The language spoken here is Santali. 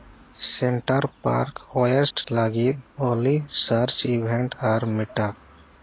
ᱥᱮᱱᱴᱟᱨ ᱯᱟᱨᱠ ᱳᱭᱮᱥᱴ ᱞᱟᱹᱜᱤᱫ ᱚᱞᱤ ᱥᱟᱨᱪ ᱤᱵᱷᱮᱱᱴ ᱟᱨ ᱢᱤᱴᱟ